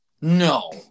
No